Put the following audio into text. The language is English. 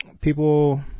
People